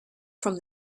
from